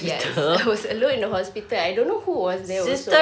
yes I was alone in the hospital I don't know who was there also